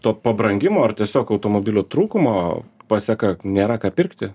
to pabrangimo ar tiesiog automobilių trūkumo paseka nėra ką pirkti